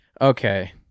Okay